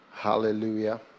hallelujah